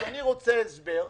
אז אני רוצה הסבר חוקי,